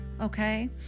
okay